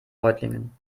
reutlingen